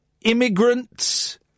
immigrants